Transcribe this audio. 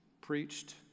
preached